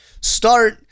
Start